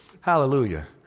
Hallelujah